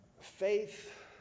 faith